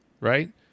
right